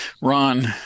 ron